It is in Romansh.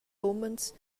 umens